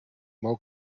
moe